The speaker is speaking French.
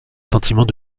sentiment